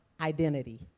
identity